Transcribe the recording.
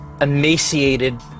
emaciated